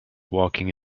walking